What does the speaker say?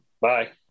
Bye